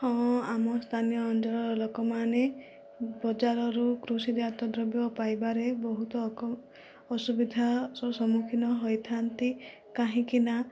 ହଁ ଆମ ସ୍ଥାନୀୟ ଅଞ୍ଚଳର ଲୋକମାନେ ବଜାରରୁ କୃଷି ଜାତୀୟ ଦ୍ରବ୍ୟ ପାଇବାରେ ବହୁତ ଆଗ ଅସୁବିଧାର ସମ୍ମୁଖୀନ ହୋଇଥାନ୍ତି କାହିଁକିନା